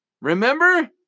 Remember